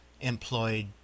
employed